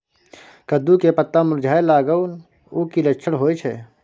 कद्दू के पत्ता मुरझाय लागल उ कि लक्षण होय छै?